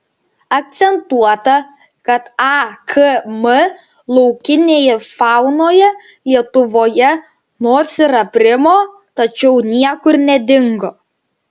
akcentuota kad akm laukinėje faunoje lietuvoje nors ir aprimo tačiau niekur nedingo